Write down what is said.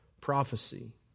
prophecy